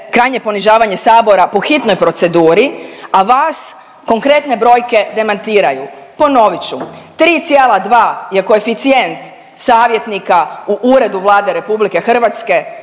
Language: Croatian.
krajnje ponižavanje Sabora po hitnoj proceduri, a vas konkretne brojke demantiraju. Ponovit ću, 3,2 je koeficijent savjetnika u uredu Vlade RH za